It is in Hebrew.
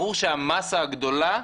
ברור שהמסה הגדולה,